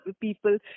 people